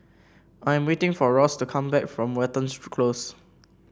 I am waiting for Ross to come back from Watten's Close